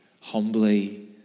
Humbly